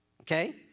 okay